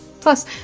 Plus